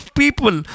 people